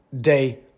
day